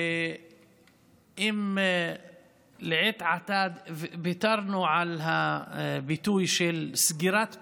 ואם לעת עתה ויתרנו על הביטוי "סגירת פערים",